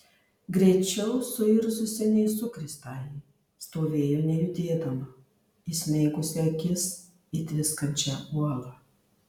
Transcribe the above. greičiau suirzusi nei sukrėstąjį stovėjo nejudėdama įsmeigusi akis į tviskančią uolą